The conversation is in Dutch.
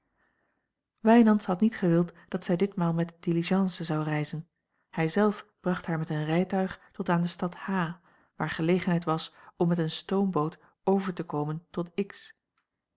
wijnands had niet gewild dat zij ditmaal met de diligence zou reizen hij zelf bracht haar met een rijtuig tot aan de stad h waar gelegenheid was om met eene stoomboot over te komen tot